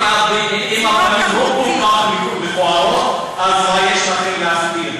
אז אם הפנים לא מכוערות, מה יש לכם להסתיר?